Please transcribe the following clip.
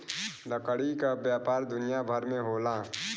लकड़ी क व्यापार दुनिया भर में होला